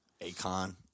Akon